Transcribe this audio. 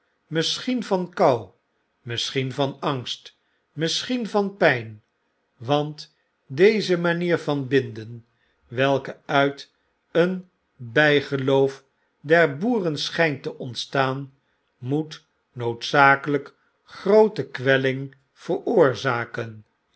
misschien van kou misschien van angst misschien van pijn want deze manier van binden welke uit een bygeloof der boeren schjjnt te ontstaan moet noodzakelyk groote kwelling veroorzaken